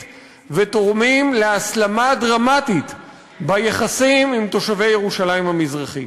ותורמים להסלמה דרמטית ביחסים עם תושבי ירושלים המזרחית.